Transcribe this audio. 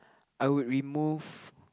I would remove